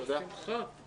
הישיבה ננעלה בשעה 12:10.